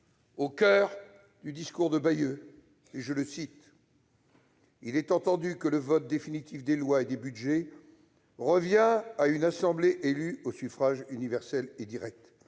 au coeur du discours de Bayeux :« Il est entendu que le vote définitif des lois et des budgets revient à une assemblée élue au suffrage universel et direct.